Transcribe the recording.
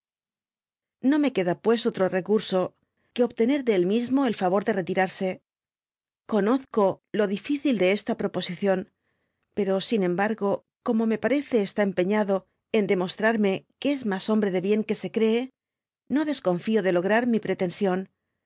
no me queda pues otro recurso que obtener de él mismo el favor de retirarse conozco lo di ficü de está proposición pero sin embargo come me parece está émpido en demostrarme que es mas hombre de bien que se cree no desconfío de lograr mi pretensión